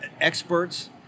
experts